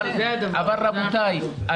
אבל רבותי,